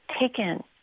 taken